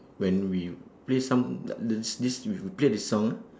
when we play some this with the play the song